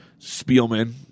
Spielman